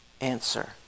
answer